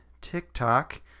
TikTok